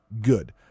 good